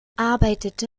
arbeitete